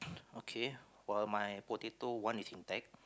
okay while my potato one is intact